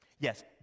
Yes